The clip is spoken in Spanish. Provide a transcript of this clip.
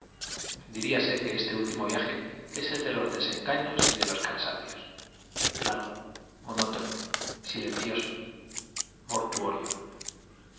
diríase que este último viaje es el de los desen gaños y de los cansancios largo monótono silen cioso mortuorio